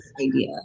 idea